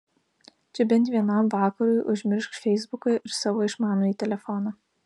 čia bent vienam vakarui užmiršk feisbuką ir savo išmanųjį telefoną